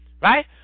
right